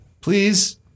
please